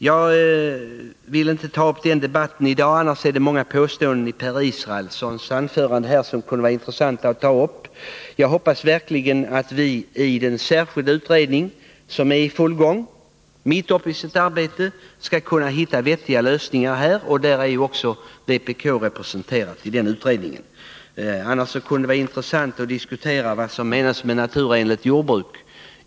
Det var många påståenden i Per Israelssons anförande som det kunde vara intressant att diskutera, men jag vill inte ta upp den debatten i dag. Jag hoppas verkligen att vi i den särskilda utredning som är mitt uppe i sitt arbete skall kunna hitta vettiga lösningar på detta område. I den utredningen är ju också vpk representerat. Det kunde dock vara intressant att diskutera vad som menas med naturenligt jordbruk.